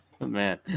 Man